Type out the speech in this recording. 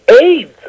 AIDS